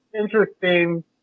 interesting